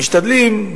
משתדלים,